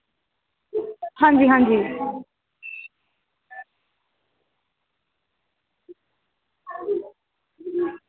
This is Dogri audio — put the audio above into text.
हां जी हां जी